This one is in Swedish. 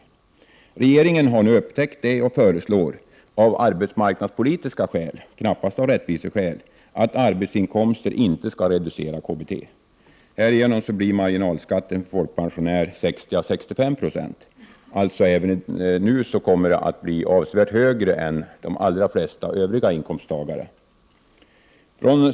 Regeringen har nu upptäckt detta och föreslår av arbetsmarknadspolitiska skäl — knappast av rättviseskäl — att arbetsinkomster inte skall reducera KBT. Härigenom blir marginalskatten för en folkpensionär 60 å 65 26. Även nu kommer alltså marginalskatten för folkpensionärer att bli avsevärt högre än för de allra flesta övriga inkomsttagare.